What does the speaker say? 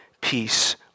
peace